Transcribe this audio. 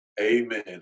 amen